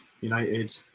United